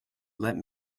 let